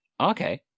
Okay